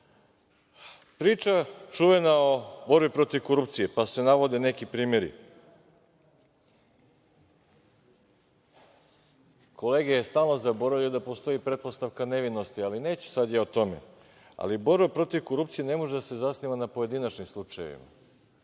čuvena o borbi protiv korupcije, pa se navode neki primeri. Kolege stalno zaboravljaju da postoji pretpostavka nevinosti ali neću sada ja o tome. Borba protiv korupcije ne može da se zasniva na pojedinačnim slučajevima,